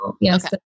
Yes